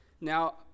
Now